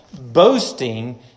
boasting